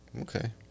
Okay